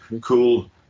cool